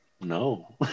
no